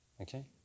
okay